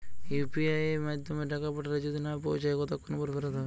UPI য়ের মাধ্যমে টাকা পাঠালে যদি না পৌছায় কতক্ষন পর ফেরত হবে?